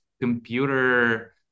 computer